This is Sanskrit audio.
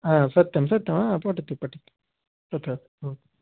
हा सत्यं सत्यं हा पठतु पठतु तथा